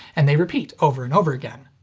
and they repeat over and over again.